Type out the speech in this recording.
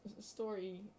story